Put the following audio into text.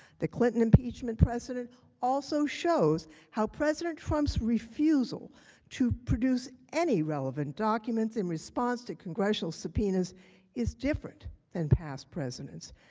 the clinton impeachment precedent also shows how president trump's refusal to produce any relevant documents in response to congressional subpoenas is different than past presidents.